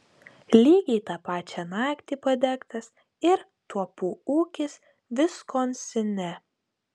lygiai tą pačią naktį padegtas ir tuopų ūkis viskonsine